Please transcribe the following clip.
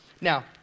Now